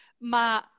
Ma